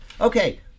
Okay